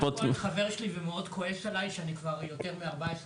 חבר שלי ומאוד כועס עליי שאני כבר יותר מ-14 שנה,